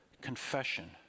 confession